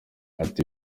ati